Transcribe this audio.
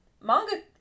manga